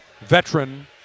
veteran